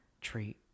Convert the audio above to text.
treat